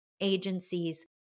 agencies